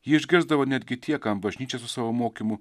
jį išgirsdavo netgi tie kam bažnyčia su savo mokymu